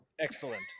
Excellent